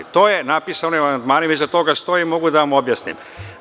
To je napisano ovim amandmanima i iza toga stojim i mogu da vam objasnim.